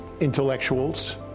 intellectuals